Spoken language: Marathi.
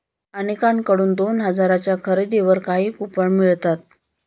अनेकांकडून दोन हजारांच्या खरेदीवर काही कूपन मिळतात